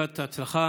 בברכת הצלחה,